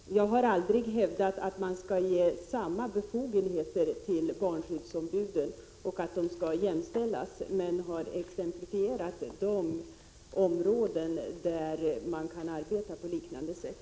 Fru talman! Jag har aldrig hävdat att man skulle ge dessa befogenheter till barnskyddsombuden och att de skulle jämställas med skyddsombuden på arbetsplatserna, men jag har exemplifierat områden där man kan arbeta på liknande sätt.